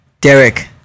Derek